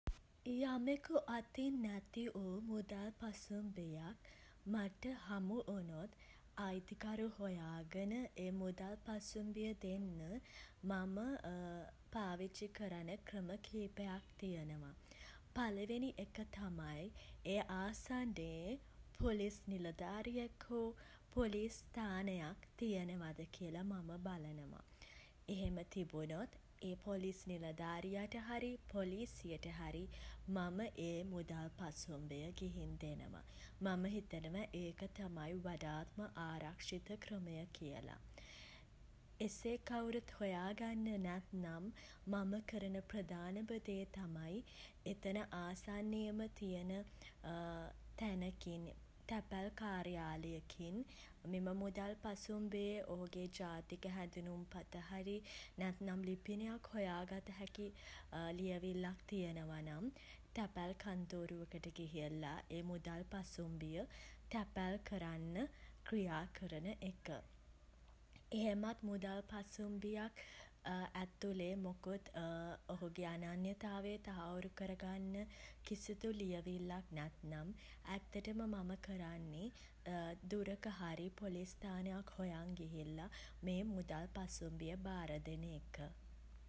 යමෙකු අතින් නැති වූ මුදල් පසුම්බියක් මට හමුවුණොත් අයිතිකරු හොයාගෙන ඒ මුදල් පසුම්බිය දෙන්න මම පාවිච්චි කරන ක්‍රම කිහිපයක් තියෙනවා. පළවෙනි එක තමයි ඒ ආසන්නයේ පොලිස් නිලධාරියෙක් හෝ පොලිස් ස්ථානයක් තියෙනවද කියලා මම බලනවා. එහෙම තිබුනොත් ඒ පොලිස් නිලධාරියාට හරි පොලීසියට හරි මම ඒ මුදල් පසුම්බිය ගිහින් දෙනවා. මම හිතනවා ඒක තමයි වඩාත්ම ආරක්ෂිත ක්‍රමය කියල. එසේ කවුරුත් හොයා ගන්නේ නැත්නම් මම කරන ප්‍රධානම දේ තමයි එතන ආසන්නයේම තියෙන තැනකින් තැපැල් කාර්යාලයකින් මෙම මුදල් පසුම්බියේ ඔහුගේ ජාතික හැඳුනුම්පත හරි නැත්නම් ලිපිනයක් සොයා ගත හැකි ලියවිල්ලක් තියෙනවා නම් තැපැල් කන්තෝරුවකට ගිහිල්ලා ඒ මුදල් පසුම්බිය තැපැල් කරන්න ක්‍රියා කරන එක. එහෙමත් මුදල් පසුම්බියක් ඇතුළේ මොකුත් ඔහුගේ අනන්‍යතාවය තහවුරු කරගන්න කිසිදු ලියවිල්ලක් නැත්නම් ඇත්තටම මම කරන්නේ දුරක හරි පොලිස් ස්ථානයක් හොයන් ගිහිල්ලා මේ මුදල් පසුම්බිය බාර දෙන එක.